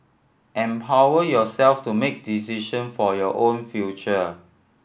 empower yourself to make decision for your own future